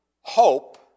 hope